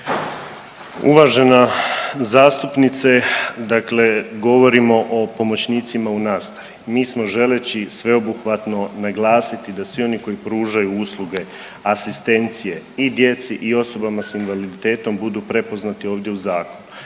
Uvažena zastupnice, dakle govorimo o pomoćnicima u nastavi. Mi smo želeći sveobuhvatno naglasiti da svi oni koji pružaju usluge asistencije i djeci i osobama sa invaliditetom budu prepoznati ovdje u zakonu.